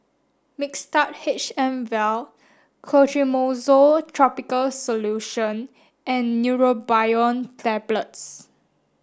Mixtard H M Vial Clotrimozole topical solution and Neurobion Tablets